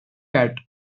cat